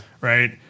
Right